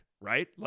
right